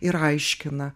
ir aiškina